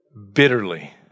bitterly